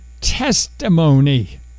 testimony